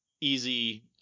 easy